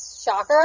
shocker